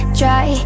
try